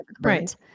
Right